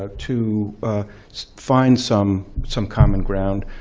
ah to find some some common ground,